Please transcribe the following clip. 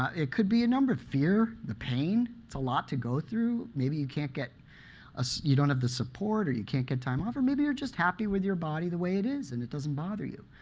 it could be a number of fear, the pain, it's a lot to go through, maybe you can't get ah you don't have the support or you can't get time off. or maybe you're just happy with your body the way it is and it doesn't bother you.